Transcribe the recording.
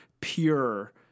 pure